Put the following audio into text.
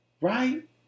right